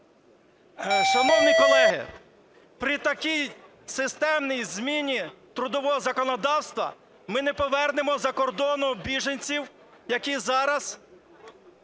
Шановні колеги, при такій системній зміні трудового законодавства ми не повернемо з-за кордону біженців і тих